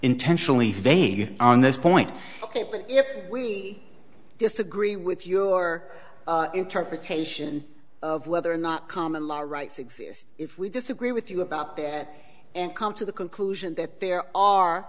intentionally vague on this point ok if we just agree with your interpretation of whether or not common law rights exist if we disagree with you about that and come to the conclusion that there are